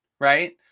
right